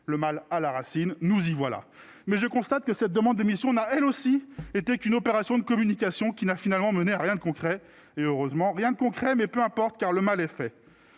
le mal à la racine, nous y voilà, mais je constate que cette demande d'émission n'a elle aussi été qu'une opération de communication qui n'a finalement mené à rien de concret et heureusement rien de concret, mais peu importe, car le mal est fait.